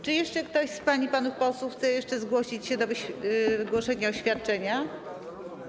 Czy ktoś z pań i panów posłów chce jeszcze zgłosić się do wygłoszenia oświadczenia?